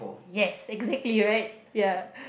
yes exactly right ya